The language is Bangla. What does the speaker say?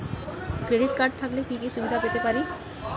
ক্রেডিট কার্ড থাকলে কি কি সুবিধা পেতে পারি?